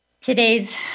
today's